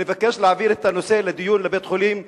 אני מבקש להעביר את הנושא לדיון לבית-חולים פסיכיאטרי.